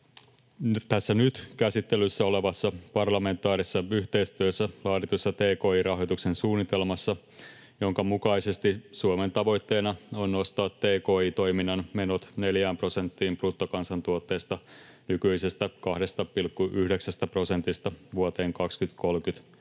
tässä nyt käsittelyssä olevassa parlamentaarisessa yhteistyössä laaditussa tki-rahoituksen suunnitelmassa, jonka mukaisesti Suomen tavoitteena on nostaa tki-toiminnan menot 4 prosenttiin bruttokansantuotteesta nykyisestä 2,9 prosentista vuoteen 2030